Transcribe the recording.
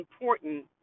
important